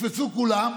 ותקפצו כולם,